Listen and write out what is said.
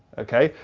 ok?